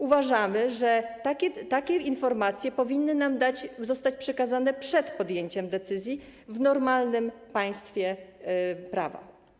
Uważamy, że takie informacje powinny nam zostać przekazane przed podjęciem decyzji w normalnym państwie prawa.